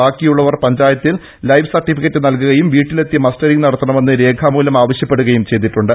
ബാക്കിയുള്ളവർ പഞ്ചായ ത്തിൽ ലൈഫ് സർടിഫിക്കറ്റ് നൽകുകയും വീട്ടിലെത്തി മസ്റ്ററിങ് നടത്തണമെന്ന് രേഖാമൂലം ആവശ്യപ്പെടുക്കയും ചെയ്തിട്ടുണ്ട്